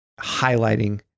highlighting